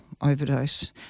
Overdose